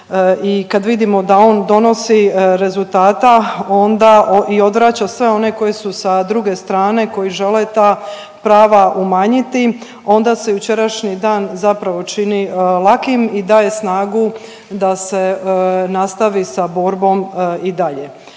kad vidimo da on donosi rezultata onda i odvraća sve one koji su sa druge strane koji žele ta prava umanjiti, onda se jučerašnji dan zapravo čini lakim i daje snagu da se nastavi sa borbom i dalje.